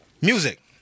music